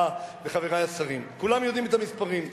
ולחברי השרים: כולם יודעים את המספרים.